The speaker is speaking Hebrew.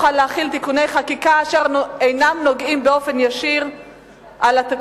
להכיל תיקוני חקיקה אשר אינם נוגעים באופן ישיר בתקציב.